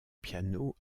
piano